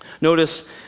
Notice